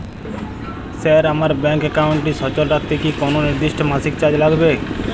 Sir আমার bank একাউন্টটি সচল রাখতে কি কোনো নির্দিষ্ট মাসিক চার্জ লাগবে?